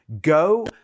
Go